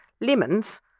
Lemons